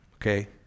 Okay